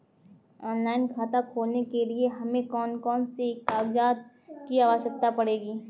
Online खाता खोलने के लिए हमें कौन कौन से कागजात की आवश्यकता पड़ेगी?